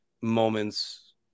moments